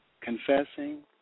confessing